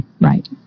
right